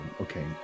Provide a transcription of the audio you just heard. Okay